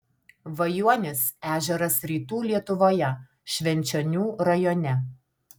vajuonis ežeras rytų lietuvoje švenčionių rajone